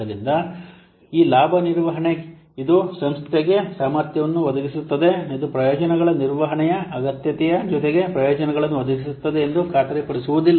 ಆದ್ದರಿಂದ ಈ ಲಾಭ ನಿರ್ವಹಣೆ ಇದು ಸಂಸ್ಥೆಗೆ ಸಾಮರ್ಥ್ಯವನ್ನು ಒದಗಿಸುತ್ತದೆ ಇದು ಪ್ರಯೋಜನಗಳ ನಿರ್ವಹಣೆಯ ಅಗತ್ಯತೆಯ ಜೊತೆಗೆ ಪ್ರಯೋಜನಗಳನ್ನು ಒದಗಿಸುತ್ತದೆ ಎಂದು ಖಾತರಿಪಡಿಸುವುದಿಲ್ಲ